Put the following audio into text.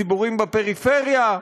מציבורים בפריפריה.